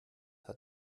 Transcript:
hat